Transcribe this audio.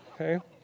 Okay